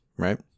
right